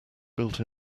built